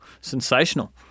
sensational